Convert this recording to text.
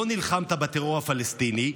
לא נלחמת בטרור הפלסטיני,